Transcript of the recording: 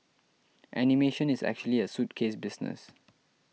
animation is actually a suitcase business